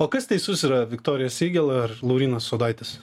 o kas teisus yra viktorija sygel ar laurynas suodaitis